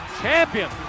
champion